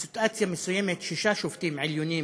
ובסיטואציה מסוימת שישה שופטים עליונים,